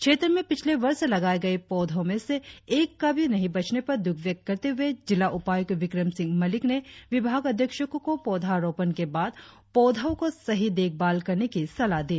क्षेत्र में पिछले वर्ष लगाए गए पौधों में से एक का भी नहीं बचने पर द्रख व्यक्त करते हुए जिला उपायुक्त विक्रम सिंह मलिक ने विभागाध्यक्षकों को पौधारोपण के बाद पौधो की सही देखभाल करने की सलाह दी